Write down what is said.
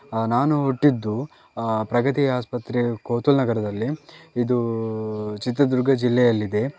ನಾನು ಹುಟ್ಟಿದ್ದು ಪ್ರಗತಿ ಆಸ್ಪತ್ರೆ ಕೊತುಲ್ನಗರದಲ್ಲಿ ಇದು ಚಿತ್ರದುರ್ಗ ಜಿಲ್ಲೆಯಲ್ಲಿದೆ